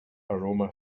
aroma